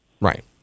right